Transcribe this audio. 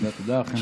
תודה תודה, חן-חן.